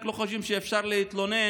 חלק לא חושבים שאפשר להתלונן,